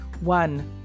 One